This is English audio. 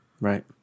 Right